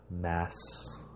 mass